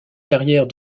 carrière